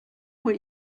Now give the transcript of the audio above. what